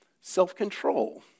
self-control